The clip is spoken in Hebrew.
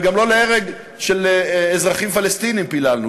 וגם לא להרג של אזרחים פלסטינים פיללנו.